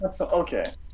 Okay